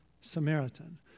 Samaritan